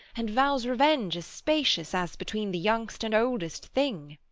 and vows revenge as spacious as between the young'st and oldest thing.